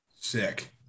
Sick